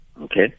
okay